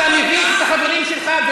אתה מביש את החברים שלך,